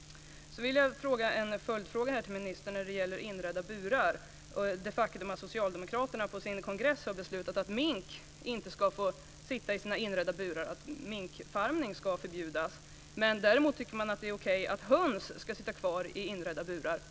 Jag vill ställa en följdfråga till ministern när det gäller inredda burar och det faktum att socialdemokraterna på sin kongress har beslutat att mink inte ska få sitta i sina inredda burar och att minkfarmning ska förbjudas. Däremot tycker man att det är okej att höns ska sitta kvar i inredda burar.